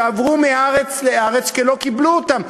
שעברו מארץ לארץ כי לא קיבלו אותם,